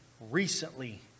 recently